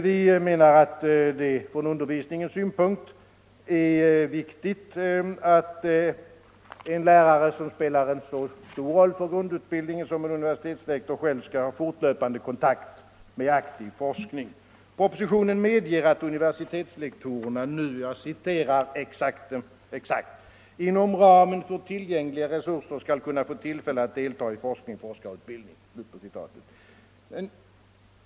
Vi anser att det från undervisningens synpunkt är viktigt att en lärare, särskilt en lärare som spelar en så stor roll för grundutbildningen som en universitetslektor ju gör, själv skall ha fortlöpande kontakt med aktiv forskning. Propositionen medger att universitetslektorerna nu — jag citerar exakt — ”inom ramen för tillgängliga resurser skall kunna få tillfälle att delta i forskning/forskarutbildning”.